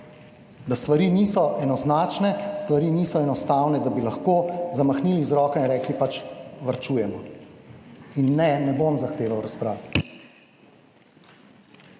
da stvari niso enoznačne, stvari niso enostavne, da bi lahko zamahnili z roko in rekli, pač varčujemo. In ne, ne bom zahteval razprave.